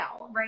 right